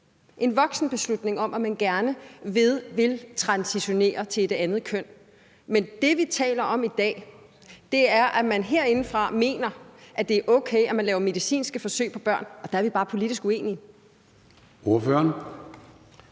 en voksenbeslutning, i forhold til om vedkommende gerne vil transitionere til et andet køn. Men det, vi taler om i dag, er, at man herindefra mener, at det er okay, at man laver medicinske forsøg på børn, og der er vi bare politisk uenige.